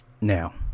Now